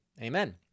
Amen